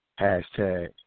hashtag